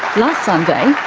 last sunday,